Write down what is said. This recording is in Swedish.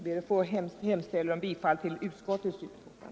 Jag ber att få yrka bifall till utskottets hemställan.